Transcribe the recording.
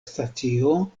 stacio